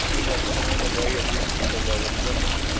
he must find a way of reaching the lowest windows.